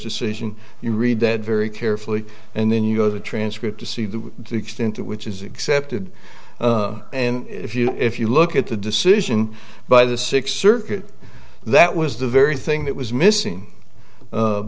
decision you read that very carefully and then you go to the transcript to see the extent to which is accepted and if you if you look at the decision by the sixth circuit that was the very thing that was missing